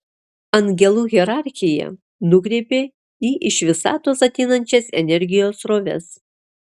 angelų hierarchija nukreipia į iš visatos ateinančias energijos sroves